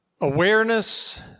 awareness